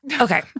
Okay